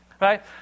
Right